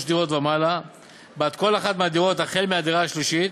דירות ומעלה בעד כל אחת מהדירות החל מהדירה השלישית.